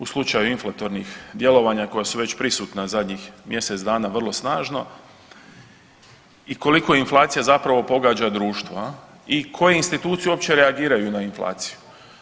u slučaju inflatornih djelovanja koja su već prisutna zadnjih mjesec dana vrlo snažno i koliko inflacija zapravo pogađa društvo i koje institucije uopće reagiraju na inflaciju.